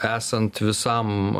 esant visam